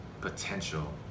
potential